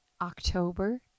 October